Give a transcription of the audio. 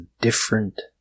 different